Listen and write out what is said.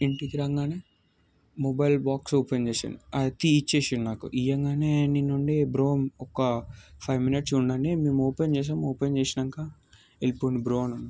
ఇంటికి రాగానే mobile box open చేసి ఆయన తీయిచ్చేసిండు నాకు ఇయ్యగానే నేనుండి బ్రో ఒక ఫైవ్ మినిట్స్ ఉండండి మేము ఓపెన్ చేసాం ఓపెన్ చేసినాక వెళ్ళిపోండి బ్రో అని అన్న